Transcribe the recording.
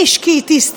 "איש כי תשטה-אשתו,